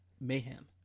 mayhem